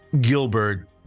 gilbert